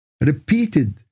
repeated